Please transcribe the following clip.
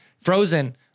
Frozen